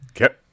Okay